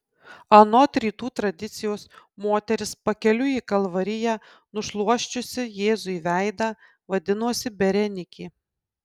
anot rytų tradicijos moteris pakeliui į kalvariją nušluosčiusi jėzui veidą vadinosi berenikė